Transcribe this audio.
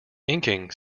inking